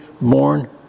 born